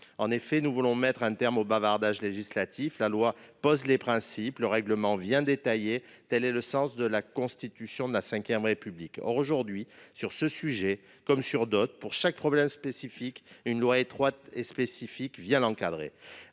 Nous voulons mettre un terme au bavardage législatif : la loi pose les principes, le règlement vient détailler. Tel est le sens de la Constitution de la V République. Or, aujourd'hui, sur ce sujet comme sur d'autres, pour chaque problème spécifique, une loi étroite et spécifique vient encadrer